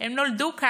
הם נולדו כאן.